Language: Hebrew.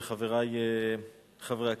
חברי חברי הכנסת,